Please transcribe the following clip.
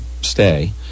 stay